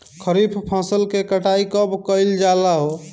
खरिफ फासल के कटाई कब कइल जाला हो?